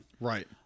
Right